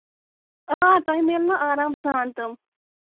آ تۄہہِ میلنو آرام سان تِم